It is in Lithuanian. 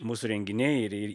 mūsų renginiai ir ir